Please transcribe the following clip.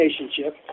relationship